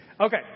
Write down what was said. Okay